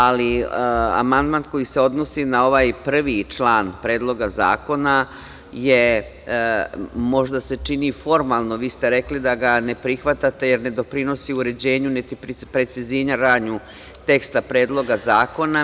Ali, amandman koji se odnosi na ovaj prvi član Predloga zakona je, možda se čini formalno, vi ste rekli da ga ne prihvatate jer ne doprinosi uređenju niti preciziranju teksta Predloga zakona.